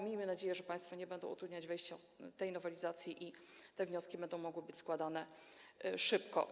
Miejmy nadzieję, że państwo nie będą utrudniać wejścia tej nowelizacji i te wnioski będą mogły być składane szybko.